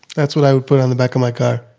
that's what i would put on the back of my car